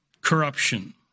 corruption